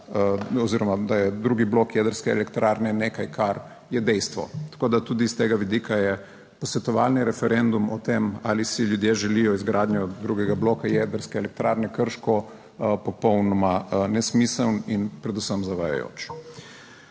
oziroma da je drugi blok jedrske elektrarne nekaj, kar je dejstvo. Tako da, tudi s tega vidika je posvetovalni referendum o tem, ali si ljudje želijo izgradnjo drugega bloka jedrske elektrarne Krško popolnoma nesmiseln in predvsem zavajajoč.